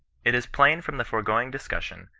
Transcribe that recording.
it is plain from the foregoing discussion,